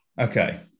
Okay